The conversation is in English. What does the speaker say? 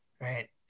right